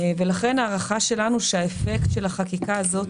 ולכן ההערכה שלנו היא שהאפקט של החקיקה הזאת